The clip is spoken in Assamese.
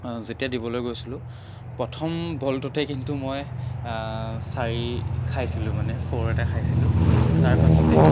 যেতিয়া দিবলৈ গৈছিলোঁ প্ৰথম বলটোতে কিন্তু মই চাৰি খাইছিলোঁ মানে ফ'ৰ এটা খাইছিলোঁ তাৰপাছতে